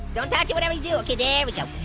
don't touch it. whatever you do, okay there but go,